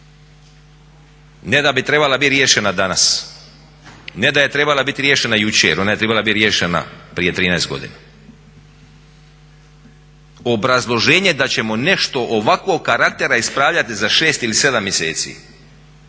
ne da bi trebala biti riješena danas, ne da je trebala biti riješena jučer, ona je trebala biti riješena prije 13 godina. Obrazloženje da ćemo nešto ovakvog karaktera ispravljati za 6 ili 7 mjeseci